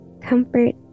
comfort